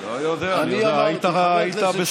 אני אמרתי,